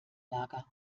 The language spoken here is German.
lager